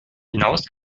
hinaus